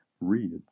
reads